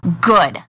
Good